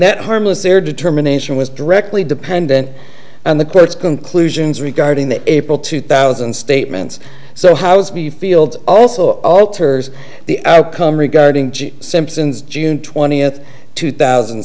that harmless their determination was directly dependent on the quotes conclusions regarding the april two thousand statements so how's be fields also alters the outcome regarding simpson's june twentieth two thousand